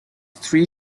three